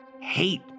hate